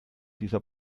dieser